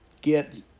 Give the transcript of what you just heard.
get